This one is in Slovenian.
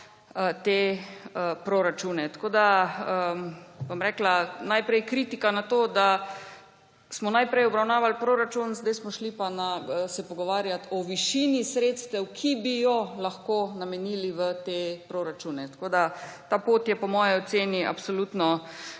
te proračune. Najprej kritika na to, da smo najprej obravnavali proračun, zdaj smo se pa šli pogovarjat o višini sredstev, ki bi jih lahko namenili v te proračune. Ta pot je po moji oceni absolutno